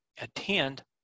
attend